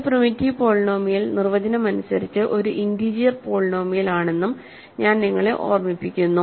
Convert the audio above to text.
ഒരു primitive polynomial നിർവചനം അനുസരിച്ച് ഒരു ഇന്റീജർ പോളിനോമിയലാണെന്നും ഞാൻ നിങ്ങളെ ഓർമ്മിപ്പിക്കുന്നു